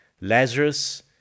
Lazarus